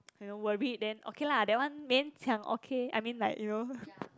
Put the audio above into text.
you know worried then okay lah that one 勉强 okay I mean like you know